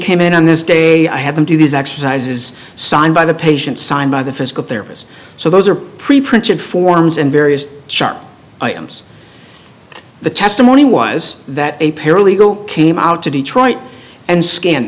came in on this day i had them do these exercises signed by the patient signed by the physical therapist so those are preprinted forms and various chart items the testimony was that a paralegal came out to detroit and scan